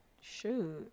Shoot